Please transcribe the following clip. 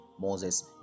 Moses